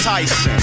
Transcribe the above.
Tyson